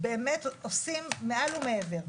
באמת עושים מעל ומעבר.